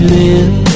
live